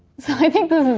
so i think this